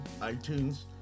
iTunes